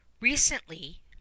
Recently